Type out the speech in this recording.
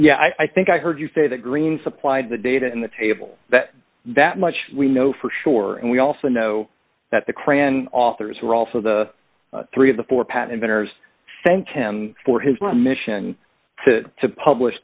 yeah i think i heard you say that green supplied the data in the table that that much we know for sure and we also know that the cran authors who are also the three of the four patent vendors thanked him for his one mission to publish